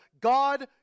God